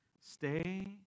Stay